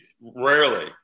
rarely